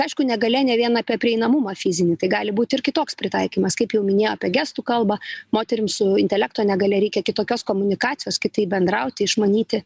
aišku negalia ne vien apie prieinamumą fizinį tai gali būt ir kitoks pritaikymas kaip jau minėjo apie gestų kalbą moterims su intelekto negalia reikia kitokios komunikacijos kitaip bendrauti išmanyti